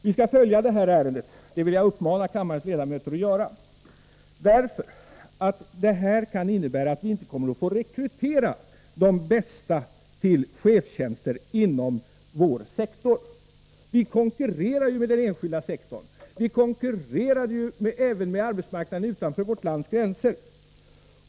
Vi skall följa detta ärende — det vill jag uppmana kammarens ledamöter att göra — därför att det kan innebära att vi inte kommer att kunna rekrytera de bästa till chefstjänster inom vår sektor. Vi konkurrerar ju med den enskilda sektorn och även med arbetsmarknaden utanför vårt lands gränser.